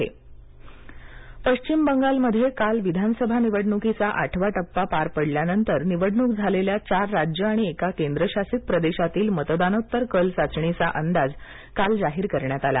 कल चाचण्या पश्चिम बंगालमध्ये काल विधानसभा निवडणुकीचा आठवा टप्पा पार पडल्यानंतर निवडणूक झालेल्या चार राज्ये आणि एका केंद्रशासित प्रदेशातील मतदानोत्तर कल चाचणीचा अंदाज काल जाहीर करण्यात आला